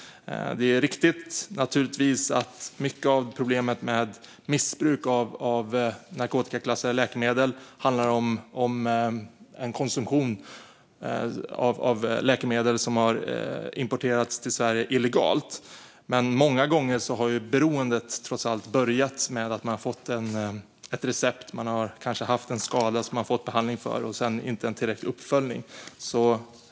Det är riktigt att en stor del av problemet med missbruk av narkotikaklassade läkemedel handlar om en konsumtion av läkemedel som har importerats till Sverige illegalt. Men många gånger har beroendet trots allt börjat med att man har fått ett recept. Man har kanske haft en skada som man har fått behandling för men inte tillräcklig uppföljning.